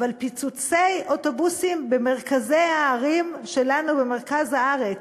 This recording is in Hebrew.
אבל פיצוצי אוטובוסים במרכזי הערים שלנו במרכז הארץ,